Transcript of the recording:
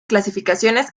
clasificaciones